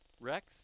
Rex